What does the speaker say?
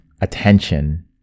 attention